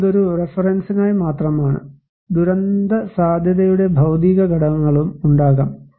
എന്നാൽ ഇത് ഒരു റഫറൻസിനായി മാത്രമാണ് ദുരന്തസാധ്യതയുടെ ഭൌതിക ഘടകങ്ങളും ഉണ്ടാകാം